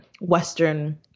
western